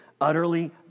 utterly